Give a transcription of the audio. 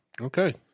Okay